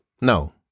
No